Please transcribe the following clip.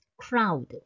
crowd